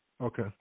Okay